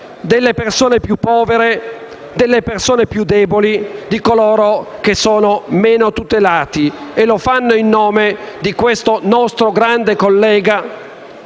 delle persone più povere e più deboli e di coloro che sono meno tutelati. Lo fanno in nome di questo nostro grande collega